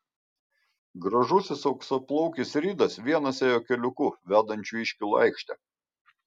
gražusis auksaplaukis ridas vienas ėjo keliuku vedančiu į iškylų aikštę